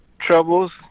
troubles